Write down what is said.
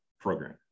program